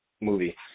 movie